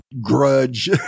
Grudge